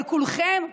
אבל כולכם,